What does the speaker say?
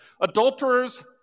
Adulterers